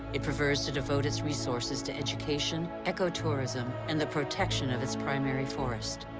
it prefers to devote its resources to education, ecotourism and the protection of its primary forest.